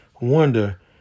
wonder